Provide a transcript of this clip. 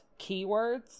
keywords